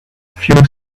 few